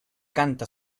canta